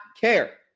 care